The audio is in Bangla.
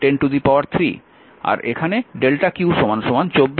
আর এখানে ∆q 24 কুলম্ব